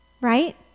right